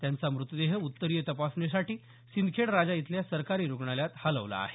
त्यांचा मृतदेह उत्तरीय तपासणीसाठी सिंदखेडराजा इथल्या सरकारी रुग्णालयात हलवला आहे